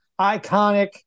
iconic